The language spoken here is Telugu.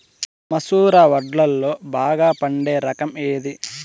మసూర వడ్లులో బాగా పండే రకం ఏది?